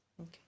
Okay